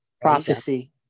Prophecy